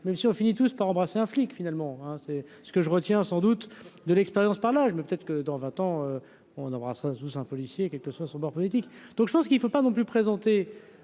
même si on finit tous par embrassé un flic, finalement, hein, c'est ce que je retiens, sans doute de l'expérience par là je, mais peut-être que dans 20 ans on embrasse sous un policier quel que soit son bord politique, donc je pense qu'il ne faut pas non plus présenté